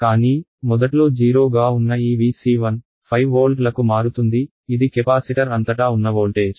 కానీ మొదట్లో 0 గా ఉన్న ఈ Vc1 5 వోల్ట్లకు మారుతుంది ఇది కెపాసిటర్ అంతటా ఉన్న వోల్టేజ్